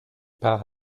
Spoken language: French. par